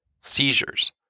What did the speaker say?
seizures